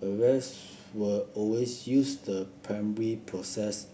avast will always use the primary process